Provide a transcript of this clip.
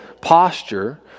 posture